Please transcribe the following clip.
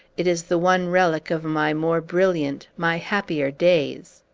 it is the one relic of my more brilliant, my happier days!